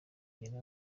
kugena